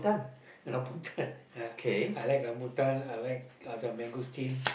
rambutan I like rambutan I like uh the mangosteen